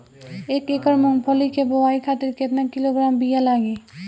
एक एकड़ मूंगफली क बोआई खातिर केतना किलोग्राम बीया लागी?